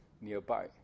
nearby